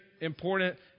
important